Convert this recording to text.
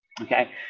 okay